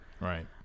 Right